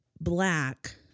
black